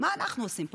מה אנחנו עושים פה?